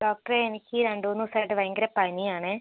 ഡോക്ടറേ എനിക്ക് രണ്ട് മൂന്ന് ദിവസമായിട്ട് ഭയങ്കര പനി ആണേ